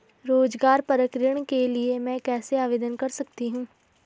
रोज़गार परक ऋण के लिए मैं कैसे आवेदन कर सकतीं हूँ?